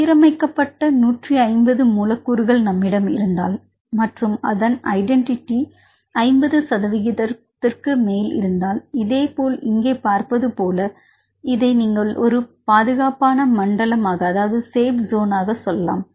சீரமைக்கப்பட்ட 150 மூலக்கூறுகள் நம்மிடம் இருந்தால் மற்றும் அதன் ஐடென்டிட்டி 50 சதவீதத்திற்கு மேல் இருந்தால் இதேபோல் இங்கே பார்ப்பது போல இதை நீங்கள் ஒரு பாதுகாப்பான மண்டலமாக அதாவது சேப் சோனாக சொல்லலாம்